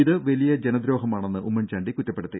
ഇത് വലിയ ജനദ്രോഹമാണെന്ന് ഉമ്മൻചാണ്ടി കുറ്റപ്പെടുത്തി